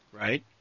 Right